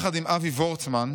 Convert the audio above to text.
"יחד עם אבי וורצמן,